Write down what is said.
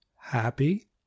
happy